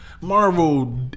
Marvel